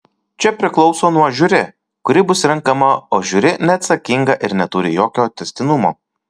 čia priklauso nuo žiuri kuri bus renkama o žiuri neatsakinga ir neturi jokio tęstinumo